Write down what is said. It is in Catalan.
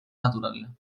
natural